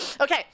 Okay